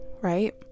right